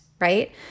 right